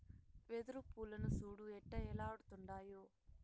వెదురు పూలను సూడు ఎట్టా ఏలాడుతుండాయో